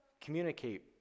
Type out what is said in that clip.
communicate